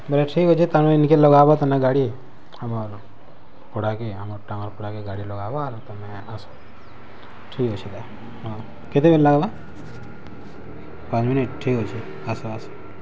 ବେଲେ ଠିକ୍ ଅଛେ ତାର୍ ମାନେ ଇନିକେ ଲାଗବା ତନେ ଗାଡ଼ି ଆମର୍ ପଡ଼ାକେ ଆମର୍ ଟ ଆମର୍ ପଡ଼ାକେ ଗାଡ଼ି ଲଗାବ ଆର୍ ତମେ ଆସ ଠିକ୍ ଅଛେ ତା ମାନେ ହଁ କେତେ ବେଲ୍ ଲାଗ୍ବା ତାର୍ ମାନେ ପାଞ୍ଚ୍ ମିନିଟ୍ ଠିକ୍ ଅଛେ ଆସ ଆସ